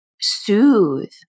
soothe